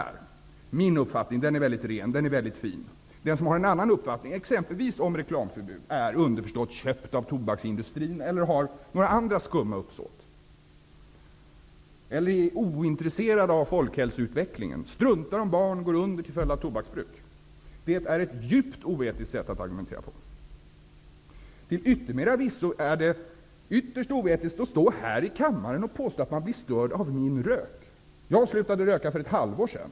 Att man tycker att den egna uppfattningen är väldigt ren och fin och att den som har en annan uppfattning, exempelvis om reklamförbud, underförstått är köpt av tobaksindustrin, har andra skumma uppsåt, är ointresserad av folkhälsoutvecklingen eller struntar i om barn går under till följd av tobaksbruk, är ett djupt oetiskt sätt att argumentera på. Till yttermera visso är det ytterst oetiskt att stå här i kammaren och påstå att man blir störd av min rök. Jag slutade att röka för ett halvår sedan.